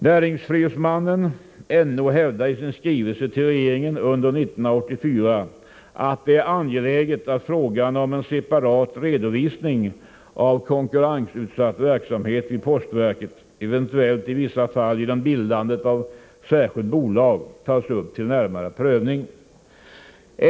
Näringsfrihetsombudsmannen, NO, hävdar i sin skrivelse till regeringen under 1984, att det är angeläget att frågan om en separat redovisning av konkurrensutsatt verksamhet i postverket, eventuellt i vissa fall genom bildandet av särskilt bolag, tas upp till närmare prövning.